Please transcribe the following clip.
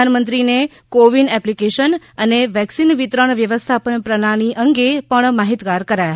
પ્રધાનમંત્રીને CoWIN application vaccine વિતરણ વ્યવસ્થાપન પ્રણાલી અંગે પણ માહિતગાર કરાયા